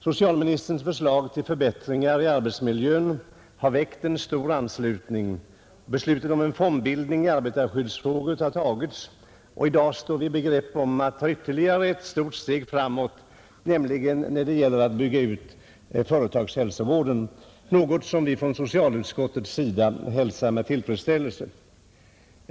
Socialministerns förslag till förbättringar i arbetsmiljön har väckt stor anslutning, beslutet om fondbildning i arbetarskyddsfrågor har tagits, och i dag står vi i begrepp att ta ytterligare ett stort steg framåt, nämligen när det gäller att bygga ut företagshälsovården, något som vi från socialutskottet hälsar med stor tillfredsställelse.